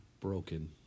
Broken